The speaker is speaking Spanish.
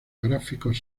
gráficos